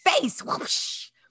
face